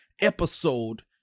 episode